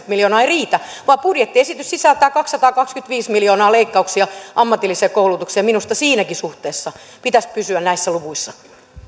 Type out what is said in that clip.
miljoonaa ei riitä vaan budjettiesitys sisältää kaksisataakaksikymmentäviisi miljoonaa leikkauksia ammatillisesta koulutuksesta minusta siinäkin suhteessa pitäisi pysyä näissä luvuissa